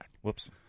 Whoops